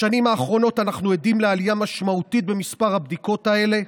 בשנים האחרונות אנחנו עדים לעלייה משמעותית במספר הבדיקות האלה,